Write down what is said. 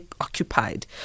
occupied